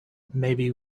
maybe